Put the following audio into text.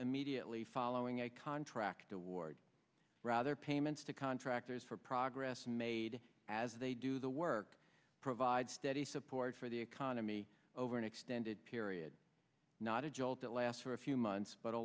immediately following a contract award rather payments to contractors for progress made as they do the work provide steady support for the economy over an extended period not a jolt that lasts for a few months but a